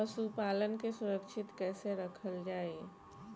पशुपालन के सुरक्षित कैसे रखल जाई?